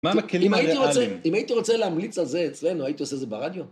אם הייתי רוצה להמליץ על זה אצלנו, הייתי עושה זה ברדיו?